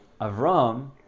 Avram